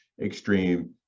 extreme